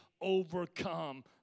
overcome